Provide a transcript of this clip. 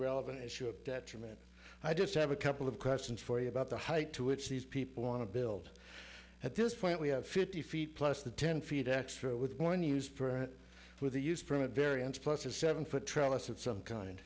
relevant issue of detriment i just have a couple of questions for you about the hike to which these people want to build at this point we have fifty feet plus the ten feet extra with one used for for the use permit variance plus a seven foot